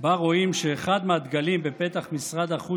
שבה רואים שאחד מהדגלים בפתח משרד החוץ